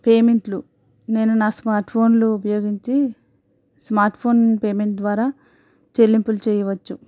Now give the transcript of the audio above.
పేమెంట్లు నేను నా స్మార్ట్ ఫోన్లు ఉపయోగించి స్మార్ట్ ఫోన్ పేమెంట్ ద్వారా చెల్లింపులు చేయవచ్చు